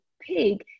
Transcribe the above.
pig